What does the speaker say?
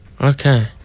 Okay